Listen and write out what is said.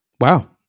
Wow